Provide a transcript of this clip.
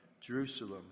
Jerusalem